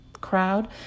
crowd